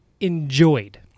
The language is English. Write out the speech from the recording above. enjoyed